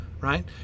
right